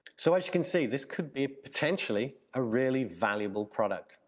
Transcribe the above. so as you can see, this could be potentially a really valuable product.